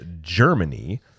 Germany